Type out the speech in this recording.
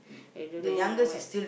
I don't know or what